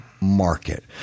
market